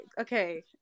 Okay